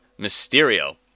Mysterio